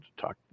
talk